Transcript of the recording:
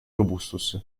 robustus